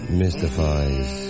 mystifies